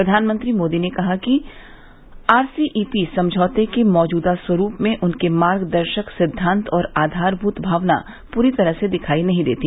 प्रधानमंत्री मोदी ने कहा कि आरसीईपी समझौते के मौजूदा स्वरूप में उसके मार्गदर्शक सिद्वांत और आधारभूत भावना पूरी तरह से दिखाई नहीं देती